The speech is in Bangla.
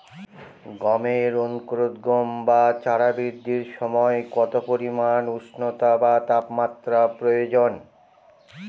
গমের অঙ্কুরোদগম ও চারা বৃদ্ধির সময় কত পরিমান উষ্ণতা বা তাপমাত্রা প্রয়োজন?